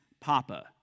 Papa